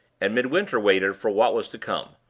and midwinter waited for what was to come,